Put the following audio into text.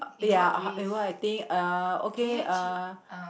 ya in what I think uh okay uh